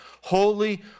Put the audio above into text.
holy